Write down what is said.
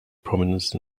prominence